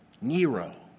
Nero